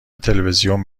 تلویزیون